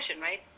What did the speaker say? right